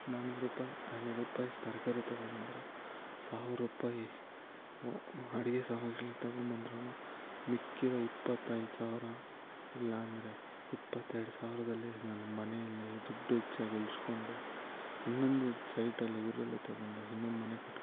ನಾನ್ನೂರು ರೂಪಾಯಿ ಐನೂರು ರೂಪಾಯಿ ತರಕಾರಿ ತಗೊಬಂದ್ರೆ ಸಾವಿರ ರೂಪಾಯಿ ಅಡಿಗೆ ಸಾಮಗ್ರಿಗಳು ತಗೊಬಂದ್ರು ಮಿಕ್ಕಿರೋ ಇಪ್ಪತೈದು ಸಾವಿರ ಇಲ್ಲ ಅಂದರೆ ಇಪ್ಪತ್ತೆರಡು ಸಾವಿರದಲ್ಲಿ ನನ್ನ ಮನೆಯಲ್ಲೇ ದುಡ್ಡು ಹೆಚ್ಚಾಗಿ ಉಳಿಸ್ಕೊಂಡು ಇನ್ನೊಂದು ಸೈಟೆಲ್ಲ ಊರಲ್ಲೇ ತಗೊಂಡು ಇನ್ನೊಂದು ಮನೆ ಕಟ್ಕೋಬೋದು